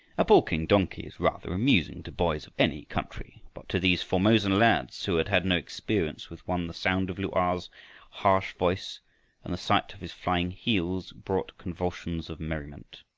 a balking donkey is rather amusing to boys of any country, but to these formosan lads who had had no experience with one the sound of lu-a's harsh voice and the sight of his flying heels brought convulsions of merriment.